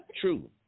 True